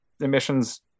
emissions